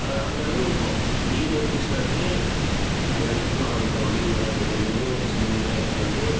பரவாயில்ல அந்தளவுக்கு இப்போது மீன் பிடிச்சின்னு வந்து நாங்கள் இட்டுன்னு வந்துட்டோம் மீன் நல்லா பெரிய மீன் சின்ன மீன்லாம் எடுத்துன்னு வந்து